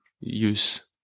use